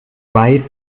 zwei